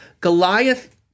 Goliath-